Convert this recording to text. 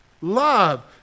love